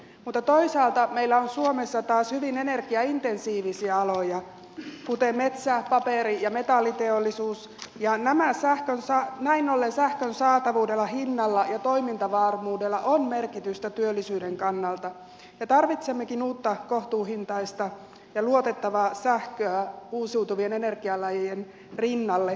mutta toisaalta meillä on suomessa taas hyvin energia intensiivisiä aloja kuten metsä paperi ja metalliteollisuus ja näin ollen sähkön saatavuudella hinnalla ja toimintavarmuudella on merkitystä työllisyyden kannalta ja tarvitsemmekin uutta kohtuuhintaista ja luotettavaa sähköä uusiutu vien energialajien rinnalle